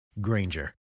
Granger